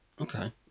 Okay